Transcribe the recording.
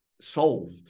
solved